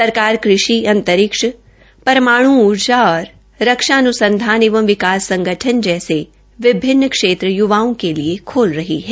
सरकार कृषि अंतरिक्ष परमाण् ऊर्जा और रक्षा अन्संधान एवं विकास संगठन जैसे विभिन्न क्षेत्र य्वाओं के लिए खोल रही है